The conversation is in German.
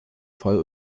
voll